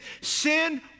sin